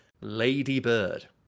ladybird